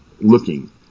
looking